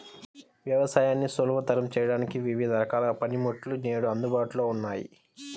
వ్యవసాయాన్ని సులభతరం చేయడానికి వివిధ రకాల పనిముట్లు నేడు అందుబాటులో ఉన్నాయి